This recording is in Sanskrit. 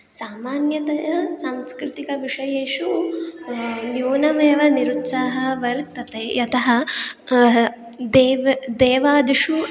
सामान्यतया सांस्कृतिक विषयेषु न्यूनमेव निरुत्साहः वर्तते यतः देव् देवादिषु